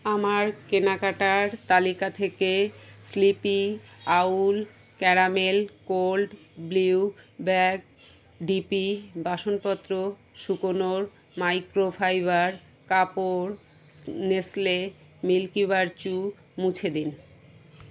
আমার কেনাকাটার তালিকা থেকে Sleepy Owl caramel cold brew bag dip বাসনপত্র সুকোনোর মাইক্রোফাইবার কাপড় নেসলে মিল্কিবারের চু মুছে দিন